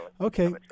Okay